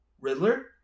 Riddler